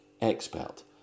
expert